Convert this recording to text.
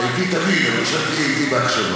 אתה אתי תמיד, אבל עכשיו תהיה אתי בהקשבה.